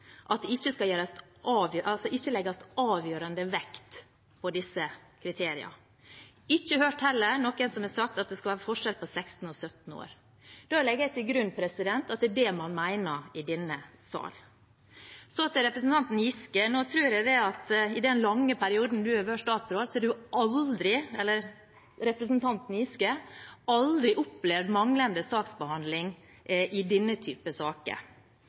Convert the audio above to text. at det ikke skal legges avgjørende vekt på disse kriteriene. Jeg har heller ikke hørt noen som har sagt at det skal være forskjell på 16 og 17 år. Da legger jeg til grunn at det er det man mener i denne salen. Så til representanten Giske. Jeg tror at i den lange perioden som han har vært statsråd, har han aldri opplevd manglende saksbehandling i denne typen saker.